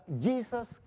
Jesus